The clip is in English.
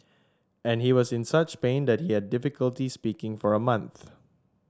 and he was in such pain that he had difficulty speaking for a month